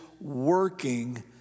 working